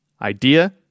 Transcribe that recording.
idea